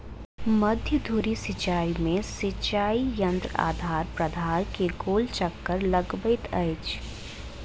मध्य धुरी सिचाई में सिचाई यंत्र आधार प्राधार के गोल चक्कर लगबैत अछि